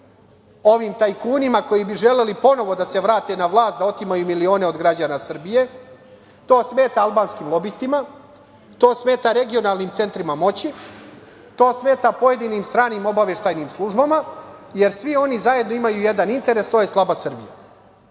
ovim tajkunima koji bi želeli ponovo da se vrate na vlast, da otimaju milione od građana Srbije. To smeta albanskim lobistima. To smeta regionalnim centrima moći. To smeta pojedinim stranim obaveštajnim službama, jer svi oni zajedno imaju jedan interes, to je slaba Srbija.